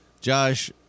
Josh